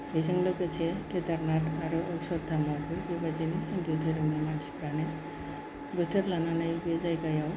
बेजों लोगोसे केदारनाथ आरो अक्षरधामावबो बेबादिनो हिन्दु धोरोमनि मानसिफोरानो बोथोर लानानै बे जायगायाव